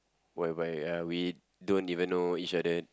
whereby uh we don't even know each other